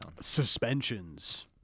Suspensions